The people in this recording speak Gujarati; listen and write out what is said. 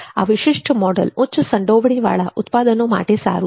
આ વિશિષ્ટ મોડલ ઉચ્ચ સંડોવણી વાળા ઉત્પાદનો માટે સારું છે